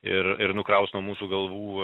ir ir nukraus nuo mūsų galvų